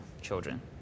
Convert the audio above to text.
children